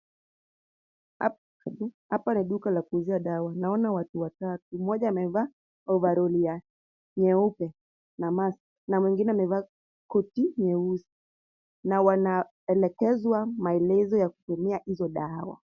Hapa ni duka la kuuzia dawa. Naona watu watatu mmoja amevaa overall nyeupe na mask na mwingine amevaa koti nyeusi na wanaelekezwa maelezo ya kutumia hizo dawa.